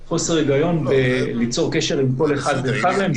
היגיון ליצור קשר עם כל אחד ואחד מהם.